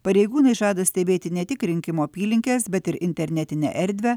pareigūnai žada stebėti ne tik rinkimų apylinkes bet ir internetinę erdvę